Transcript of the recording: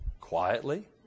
quietly